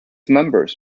members